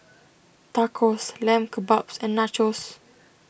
Tacos Lamb Kebabs and Nachos